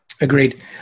Agreed